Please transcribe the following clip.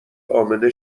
امنه